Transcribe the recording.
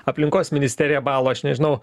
aplinkos ministerija balų aš nežinau